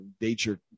nature